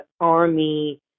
army